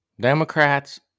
Democrats